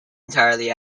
entirely